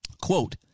Quote